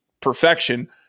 perfection